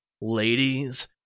ladies